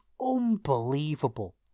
unbelievable